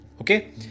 Okay